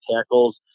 tackles